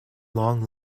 long